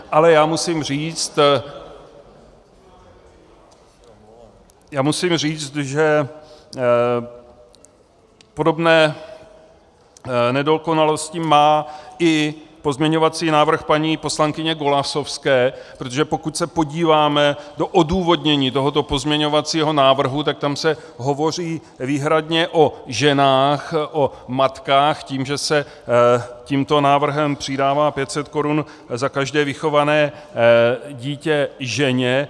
Musím ale říct, že podobné nedokonalosti má i pozměňovací návrh paní poslankyně Golasowské, protože pokud se podíváme do odůvodnění tohoto pozměňovacího návrhu, tak tam se hovoří výhradně o ženách, o matkách, tím, že se tímto návrhem přidává 500 korun za každé vychované dítě ženě.